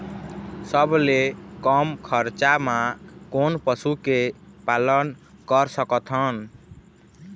सबले कम खरचा मा कोन पशु के पालन कर सकथन?